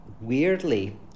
weirdly